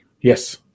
Yes